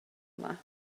yma